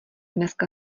dneska